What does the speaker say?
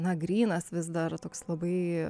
na grynas vis daro toks labai